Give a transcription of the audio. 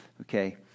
Okay